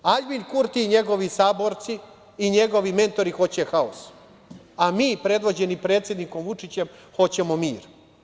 Aljbin Kurti i njegovi saborci i njegovi mentori hoće haos, a mi predvođeni predsednikom Vučićem hoćemo mir.